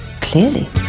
clearly